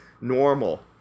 normal